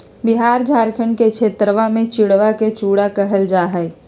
बिहार झारखंड के क्षेत्रवा में चिड़वा के चूड़ा कहल जाहई